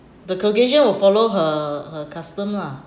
the caucasian will follow her her custom lah